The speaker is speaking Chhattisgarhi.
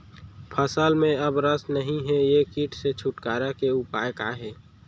फसल में अब रस नही हे ये किट से छुटकारा के उपाय का हे?